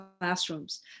classrooms